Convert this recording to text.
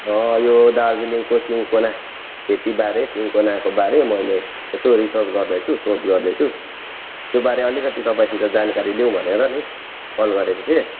यो दार्जिलिङको सिन्कोना खेतीबारे सिन्कोनाको बारे मेैले यसो रिसर्च गर्दैछु शोध गर्दैछु त्यो बारे अलिकति तपाईँसित जानकारी लिउँ भनेर नि कल गरेको थिएँ